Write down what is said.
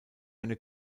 eine